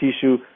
tissue